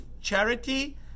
charity